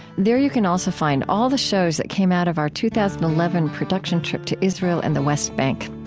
there you can also find all the shows that came out of our two thousand and eleven production trip to israel and the west bank.